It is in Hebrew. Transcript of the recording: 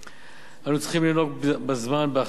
אנחנו צריכים לנהוג בזמן הזה באחריות ובנחישות,